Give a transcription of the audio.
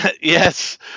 Yes